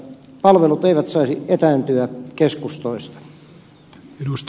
palvelut eivät saisi etääntyä keskustoista